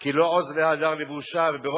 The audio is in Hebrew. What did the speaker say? כי לא עוז והדר לבושה, וברוב